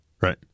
Right